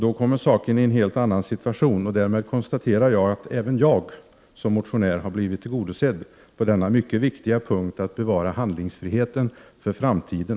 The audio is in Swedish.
Då kommer saken i ett helt annat läge, och därmed konstaterar jag att även jag som motionär har blivit tillgodosedd på denna mycket viktiga punkt som handlar om att bevara handlingsfriheten inför framtiden.